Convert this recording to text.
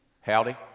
Howdy